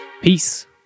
peace